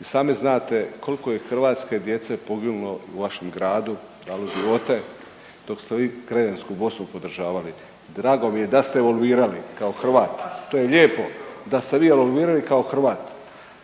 I sami znate koliko je hrvatske djece poginulo u vašem gradu, dalo živote, dok ste vi krajinsku Bosnu podržavali. Drago mi je da ste evoluirali kao Hrvat. To je lijepo da ste vi evoluirali kao Hrvat.